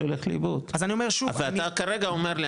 לא יילך לאיבוד ואתה כרגע אומר לי,